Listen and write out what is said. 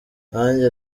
nanjye